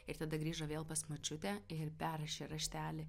ir tada grįžo vėl pas močiutę ir perrašė raštelį